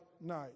night